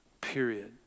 period